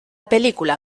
película